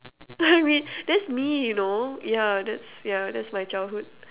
anyway that's me you know yeah yeah that's my childhood